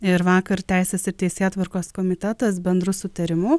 ir vakar teisės ir teisėtvarkos komitetas bendru sutarimu